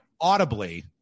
audibly